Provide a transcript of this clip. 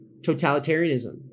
totalitarianism